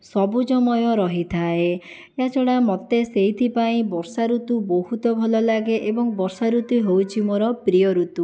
ସବୁଜମୟ ରହିଥାଏ ଏହାଛଡ଼ା ମୋତେ ସେହିଥିପାଇଁ ବର୍ଷା ଋତୁ ବହୁତ ଭଲ ଲାଗେ ଏବଂ ବର୍ଷା ଋତୁ ହେଉଛି ମୋର ପ୍ରିୟ ଋତୁ